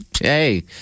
Hey